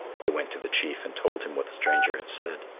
they went to the chief and told him what the stranger had said.